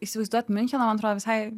įsivaizduot miuncheno man atrodo visai